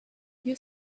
you